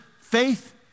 faith